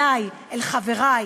אלי, אל חברי.